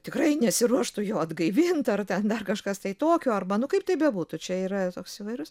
tikrai nesiruoštų jo atgaivinti ar ten dar kažkas tai tokio arba nu kaip tai bebūtų čia yra toks įvairus